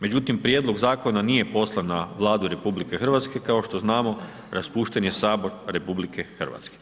Međutim, prijedlog zakona nije poslan na Vladu RH, kao što znamo, raspušten je Sabor RH.